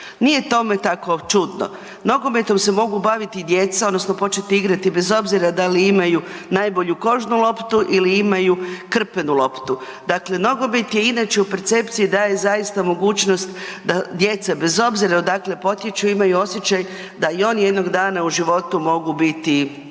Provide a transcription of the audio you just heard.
Nije tome tako čudno. Nogometom se mogu baviti i djeca odnosno početi igrati bez obzira da li imaju najbolju kožnu loptu ili imaju krpenu loptu. Dakle, nogomet i inače u percepciji daje zaista mogućnost da djeca bez obzira odakle potječu, imaju osjećaj da i oni jednog dana u životu mogu biti